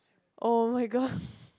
[oh]-my-god